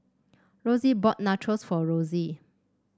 Rosy bought Nachos for Rosy